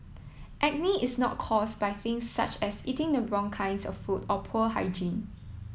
acne is not caused by things such as eating the wrong kinds of food or poor hygiene